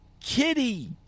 Kitty